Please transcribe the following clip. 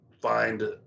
find